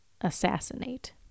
assassinate